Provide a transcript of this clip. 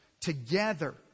together